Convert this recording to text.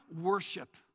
worship